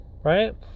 Right